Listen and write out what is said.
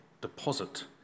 deposit